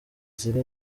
ziri